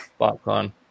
Botcon